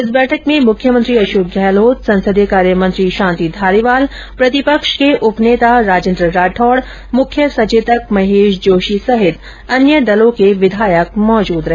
इस बैठक में मुख्यमंत्री अषोक गहलोत संसदीय कार्यमंत्री शांति धारीवाल प्रतिपक्ष के उपनेता राजेंद्र राठौड़ मुख्य सचेतक महेश जोशी समेत अन्य दलों के विधायक मौजूद रहे